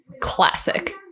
Classic